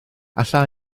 alla